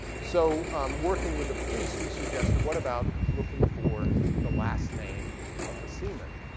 so working with the police, we suggested, what about looking for the last name of the semen?